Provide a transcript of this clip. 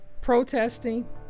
protesting